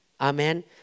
Amen